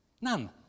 None